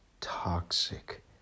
toxic